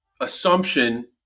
assumption